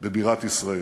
בבירת ישראל.